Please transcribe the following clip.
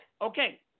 Okay